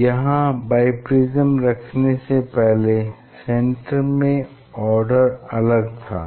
यहाँ बाइप्रिज्म रखने से पहले सेन्टर में आर्डर अलग था